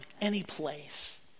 anyplace